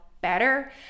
better